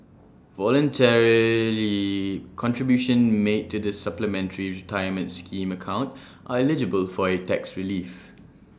voluntary contributions made to the supplementary retirement scheme account are eligible for A tax relief